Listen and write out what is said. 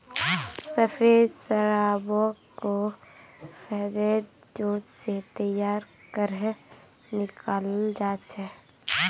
सफ़ेद शराबोक को फेर्मेंतेद जूस से तैयार करेह निक्लाल जाहा